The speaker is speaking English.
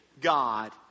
God